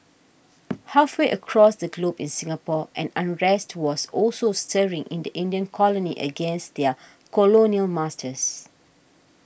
halfway across the globe in Singapore an unrest was also stirring in the Indian colony against their colonial masters